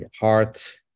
heart